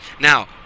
Now